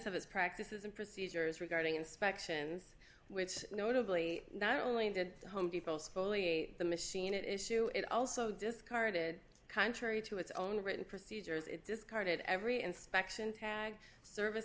of its practices and procedures regarding inspections which notably not only did the home depot's fully the machine it issue it also discarded contrary to its own written procedures it discarded every inspection tag service